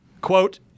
Quote